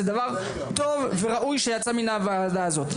זה דבר טוב וראוי שיצא מן הוועדה הזאת.